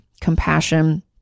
compassion